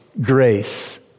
grace